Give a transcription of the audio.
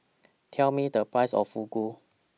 Tell Me The Price of Fugu